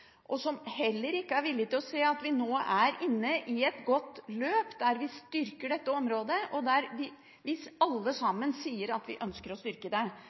at hun heller ikke er villig til å se at vi nå er inne i et godt løp der vi styrker dette området og der alle sammen sier at vi ønsker å styrke det.